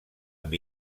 amb